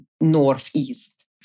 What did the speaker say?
Northeast